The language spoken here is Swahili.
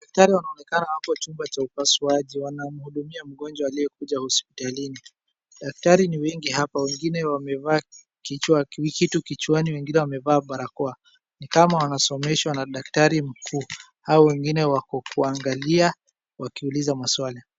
Daktari wanaonekana wako chumba cha upasuaji, wanamhudumia mgonjwa aliyekuja hosipitalini. Daktari ni wengi hapa, wengine wamevaa kitu kichwani, wengine wamevaa barakoa ni kama wanasomeshwa na daktari mkuu. Hawa wengine wako kuangalia, wakiuliza maswali.